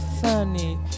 funny